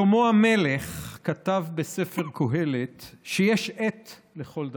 שלמה המלך כתב בספר קוהלת שיש עת לכל דבר: